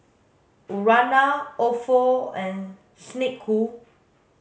Urana Ofo and Snek Ku